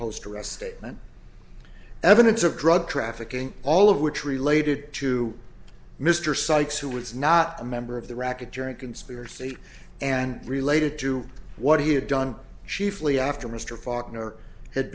post arrest statement evidence of drug trafficking all of which related to mr sikes who was not a member of the racketeering conspiracy and related to what he had done chiefly after mr faulkner had